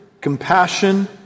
compassion